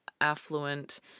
affluent